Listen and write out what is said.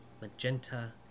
magenta